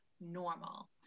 normal